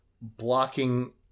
blocking